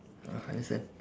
ah understand